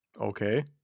Okay